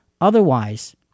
Otherwise